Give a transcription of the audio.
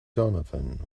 donovan